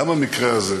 גם במקרה הזה,